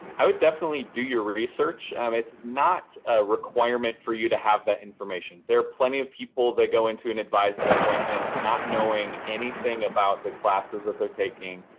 i would definitely do your research. it's not a requirement for you to have that information. there are plenty of people that go into an advising appointment not knowing anything about the classes that they're taking.